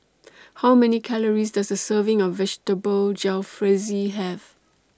How Many Calories Does A Serving of Vegetable Jalfrezi Have